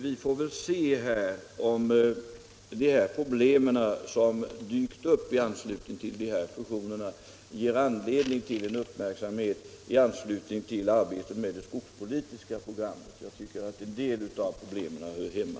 Vi får väl se om ar för fastställande de problem som dykt upp i anslutning till de fusioner som diskuterats av faderskap ger anledning till uppmärksamhet i anslutning till arbetet med det skogs politiska programmet. Jag tycker att en del av problemen hör hemma